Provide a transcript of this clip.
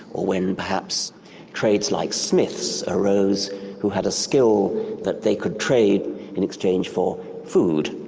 or when perhaps trades like smiths arose who had a skill that they could trade in exchange for food,